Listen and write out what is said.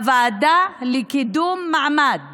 הוועדה לקידום מעמד